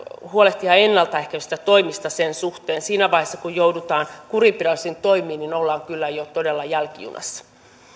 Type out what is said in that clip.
huolehtia ennalta ehkäisevistä toimista sen suhteen siinä vaiheessa kun joudutaan kurinpidollisiin toimiin niin ollaan kyllä jo todella jälkijunassa